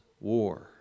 war